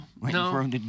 no